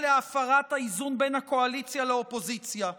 להפרת האיזון בין הקואליציה לאופוזיציה.